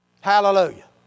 Hallelujah